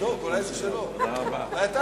חבר הכנסת ג'מאל